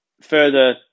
further